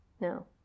No